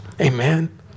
Amen